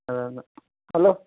ಅದಲ್ಲ ಅಲೋ